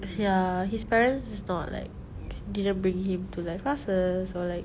ya his parents is not like didn't bring him to like classes or like